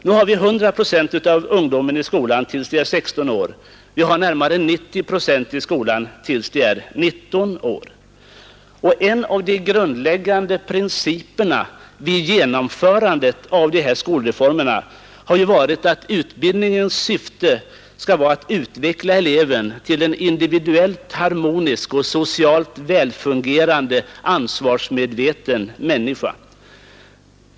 Nu har vi 100 procent av ungdomarna i skolan tills de är 16 år, och vi har närmare 90 procent tills de är 19 år. En av de grundläggande principerna vid genomförandet av dessa skolreformer har ju varit att utbildningens syfte skall vara att utveckla eleven till en individuellt harmonisk och socialt välfungerande, ansvarsmedveten människa.